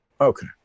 Okay